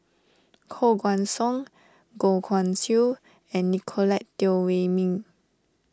Koh Guan Song Goh Guan Siew and Nicolette Teo Wei Min